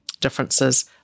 differences